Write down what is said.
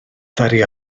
ddaru